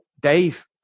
Dave